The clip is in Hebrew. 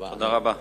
אדוני השר,